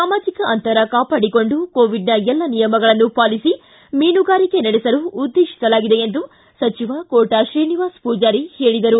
ಸಾಮಾಜಿಕ ಅಂತರ ಕಾಪಾಡಿಕೊಂಡು ಕೋವಿಡ್ನ ಎಲ್ಲ ನಿಯಮಗಳನ್ನು ಪಾಲಿಸಿ ಮೀನುಗಾರಿಕೆ ನಡೆಸಲು ಉದ್ದೇಶಿಸಲಾಗಿದೆ ಎಂದು ಸಚಿವ ಕೋಟ ಶ್ರೀನಿವಾಸ ಪೂಜಾರಿ ಹೇಳಿದರು